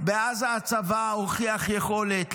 בעזה הצבא הוכיח יכולת להיכנס,